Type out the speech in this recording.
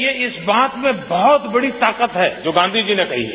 ये इस बात में बहुत बड़ी ताकत है जो गांधी जी ने कही है